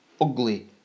ugly